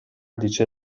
dice